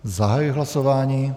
Zahajuji hlasování.